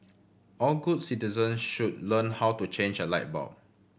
all good citizen should learn how to change a light bulb